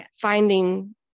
finding